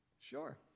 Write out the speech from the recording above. Sure